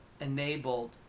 enabled